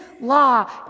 law